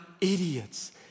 idiots